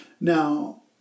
Now